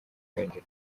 kwinjira